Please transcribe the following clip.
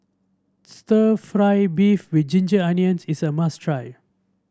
stir fry beef with Ginger Onions is a must try